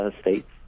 states